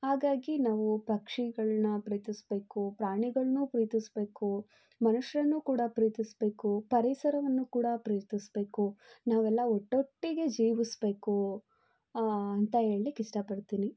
ಹಾಗಾಗಿ ನಾವು ಪಕ್ಷಿಗಳನ್ನ ಪ್ರೀತಿಸಬೇಕು ಪ್ರಾಣಿಗಳನ್ನು ಪ್ರೀತಿಸಬೇಕು ಮನುಷ್ಯರನ್ನು ಕೂಡ ಪ್ರೀತಿಸಬೇಕು ಪರಿಸರವನ್ನು ಕೂಡ ಪ್ರೀತಿಸಬೇಕು ನಾವು ಎಲ್ಲ ಒಟ್ಟೊಟ್ಟಿಗೆ ಜೀವಿಸಬೇಕು ಅಂತ ಹೇಳ್ಲಿಕ್ ಇಷ್ಟಪಡ್ತೀನಿ